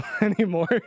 anymore